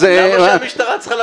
--- למה המשטרה צריכה לבוא לקחת אותך?